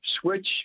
Switch